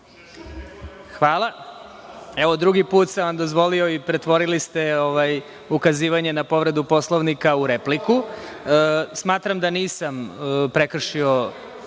Hvala. Drugi put sam vam dozvolio i pretvorili ste ukazivanje na povredu Poslovnika u repliku. Smatram da nisam prekršio